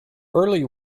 early